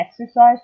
exercise